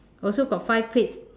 also got five plates